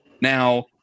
Now